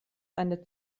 eine